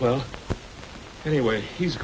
well anyway he's